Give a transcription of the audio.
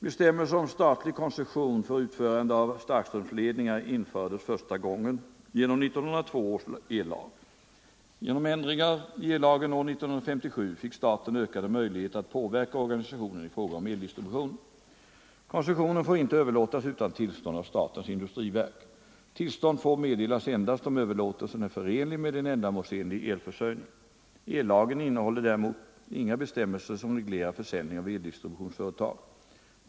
Bestämmelser om statlig koncession för utförande av starkströmsledningar infördes första gången genom 1902 års ellag. Genom ändringar i ellagen år 1957 fick staten ökade möjligheter att påverka organisationen i fråga om eldistributionen. Koncession får inte överlåtas utan tillstånd av statens industriverk. Tillstånd får meddelas endast om överlåtelsen är förenlig med en ändamålsenlig elförsörjning. Ellagen innehåller däremot inga bestämmelser som reglerar försäljning av eldistributionsföretag.